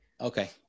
Okay